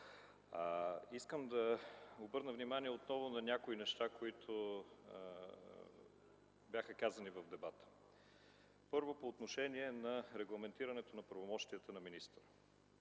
Искам да обърна внимание отново на някои неща, които бяха казани в дебата. Първо, по отношение на регламентирането на правомощията на министъра